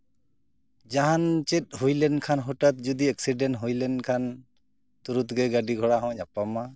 ᱡᱟᱦᱟᱱ ᱪᱮᱫ ᱦᱩᱭ ᱞᱮᱱᱠᱷᱟᱱ ᱦᱚᱴᱟᱛ ᱡᱩᱫᱤ ᱮᱠᱥᱤᱰᱮᱱᱴ ᱦᱩᱭ ᱞᱮᱱᱠᱷᱟᱱ ᱛᱩᱨᱟᱹᱫᱜᱮ ᱜᱟᱹᱰᱤ ᱜᱷᱚᱲᱟ ᱦᱚᱸ ᱧᱟᱯᱟᱢᱟ